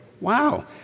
Wow